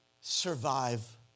survive